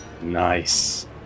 Nice